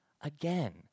Again